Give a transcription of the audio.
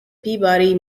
peabody